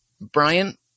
Brian